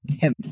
tenth